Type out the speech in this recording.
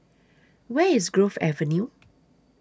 Where IS Grove Avenue